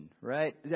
right